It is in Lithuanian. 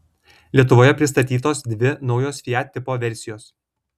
lietuvoje pristatytos dvi naujos fiat tipo versijos